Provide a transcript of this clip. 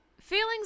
Feelings